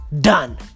done